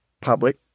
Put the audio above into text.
public